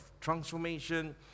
transformation